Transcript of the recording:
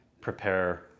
prepare